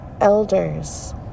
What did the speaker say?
elders